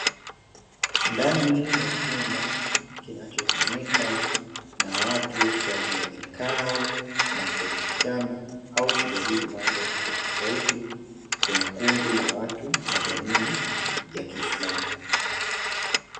Ndani ya chumba kinachotumika na watu kwa ajili ya vikao na kuelimishana au kujadili mambo tofautitofauti, kuna kundi la watu wa jamii ya kiislamu.